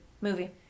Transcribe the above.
Movie